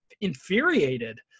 infuriated